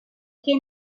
came